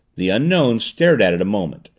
the unknown stared at it a moment,